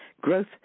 growth